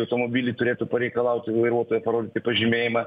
automobilį turėtų pareikalauti vairuotojo parodyti pažymėjimą